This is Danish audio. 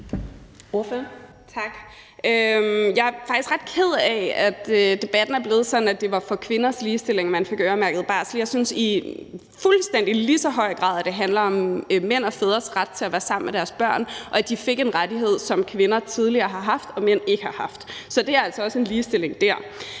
Jeg er faktisk ret ked af, at debatten er blevet sådan, at det var for kvinders ligestilling, at man fik øremærket barsel. Jeg synes i fuldstændig lige så høj grad, at det handler om mænd og fædres ret til at være sammen med deres børn, og at de fik en rettighed, som kvinder tidligere har haft, og som mænd ikke har haft. Så det er altså også ligestilling der.